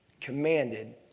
commanded